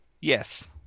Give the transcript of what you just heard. Yes